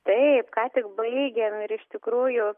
taip ką tik baigėm ir iš tikrųjų